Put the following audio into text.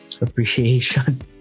appreciation